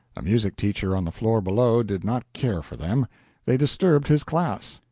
a music-teacher on the floor below did not care for them they disturbed his class.